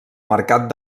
mercat